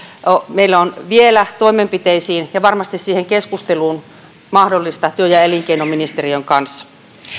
meillä on vielä toimenpiteisiin ja varmasti siihen keskusteluun mahdollisuus työ ja elinkeinoministeriön kanssa